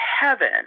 heaven